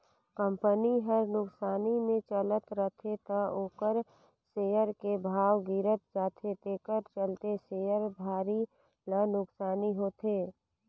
company हर नुकसानी मे चलत रथे त ओखर सेयर के भाव गिरत जाथे तेखर चलते शेयर धारी ल नुकसानी होथे